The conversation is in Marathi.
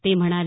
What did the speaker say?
ते म्हणाले